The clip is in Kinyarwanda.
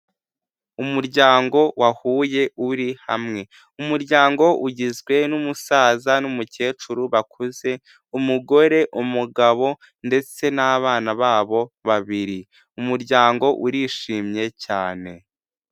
Umuryango wahuye uri hamwe, umuryango ugizwe n'umusaza n'umukecuru bakuze. Umugore, umugabo ndetse n'abana babo babiri. Umuryango urishimye cyane